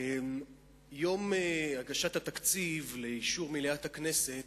יום הגשת התקציב לאישור מליאת הכנסת